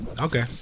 Okay